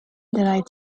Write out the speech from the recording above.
recommend